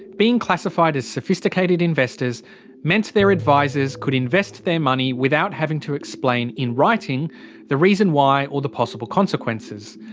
being classified as sophisticated investors meant their advisers could invest their money without having to explain in writing the reason why or the possible consequences.